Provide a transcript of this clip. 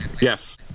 Yes